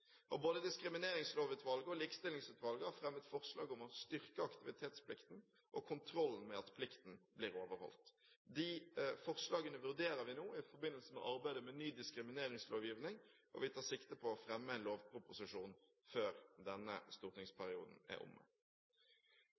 Både Diskrimineringslovutvalget og Likestillingsutvalget har fremmet forslag om å styrke aktivitetsplikten og kontrollen med at plikten blir overholdt. Disse forslagene vurderer vi nå i forbindelse med arbeidet med ny diskrimineringslovgivning. Vi tar sikte på å fremme en lovproposisjon før denne stortingsperioden er omme.